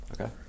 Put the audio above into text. Okay